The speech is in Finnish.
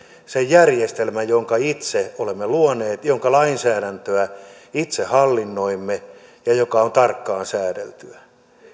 sen järjestelmän jonka itse olemme luoneet jonka lainsäädäntöä itse hallinnoimme ja joka on tarkkaan säädeltyä